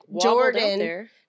Jordan